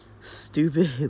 stupid